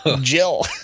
Jill